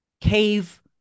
cave